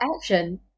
action